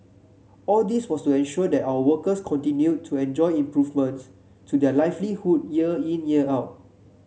all this was to ensure that our workers continued to enjoy improvements to their livelihood year in year out